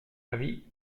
avis